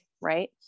right